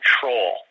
control